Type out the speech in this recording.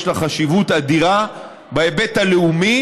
יש לה חשיבות אדירה בהיבט הלאומי,